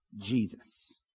Jesus